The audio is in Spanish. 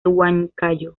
huancayo